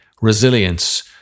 resilience